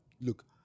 look